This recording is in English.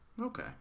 okay